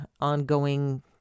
ongoing